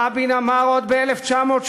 רבין אמר עוד ב-1980: